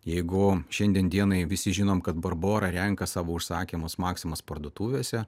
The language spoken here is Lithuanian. jeigu šiandien dienai visi žinom kad barbora renka savo užsakymus maximos parduotuvėse